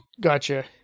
Gotcha